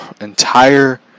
entire